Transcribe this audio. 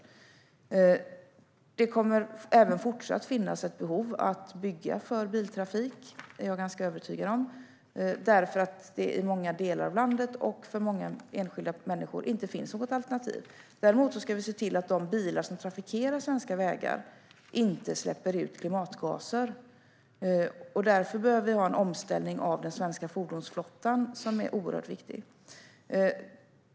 Jag är ganska övertygad om att det även fortsatt kommer att finnas ett behov av att bygga för biltrafik, eftersom det i många delar av landet och för många enskilda människor inte finns något alternativ. Däremot ska vi se till att de bilar som trafikerar svenska vägar inte släpper ut klimatgaser. Därför behöver vi en omställning av den svenska fordonsflottan; det är oerhört viktigt.